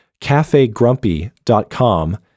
cafegrumpy.com